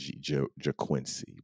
JaQuincy